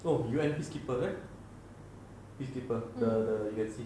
no U_N peacekeeper there these people the you can see